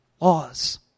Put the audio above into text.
laws